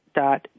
dot